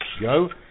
go